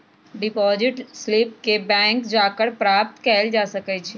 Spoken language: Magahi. डिपॉजिट स्लिप के बैंक जा कऽ प्राप्त कएल जा सकइ छइ